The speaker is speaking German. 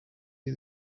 die